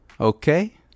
Okay